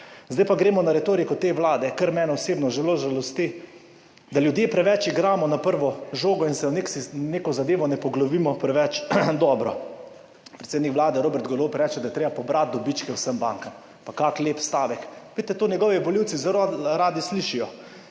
Zdaj pa gremo na retoriko te vlade, kar mene osebno zelo žalosti, da ljudje preveč igramo na prvo žogo in se v neko zadevo ne poglobimo preveč dobro. Predsednik Vlade Robert Golob reče, da je treba pobrati dobičke vsem bankam. Kako lep stavek. Vidite, to njegovi volivci zelo radi slišijo.